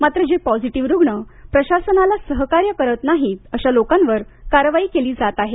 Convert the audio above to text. मात्र जे पॉझिटीव्ह रुग्ण प्रशासनाला सहकार्य करत नाहीत अशा लोकांवर कारवाई केली जात आहे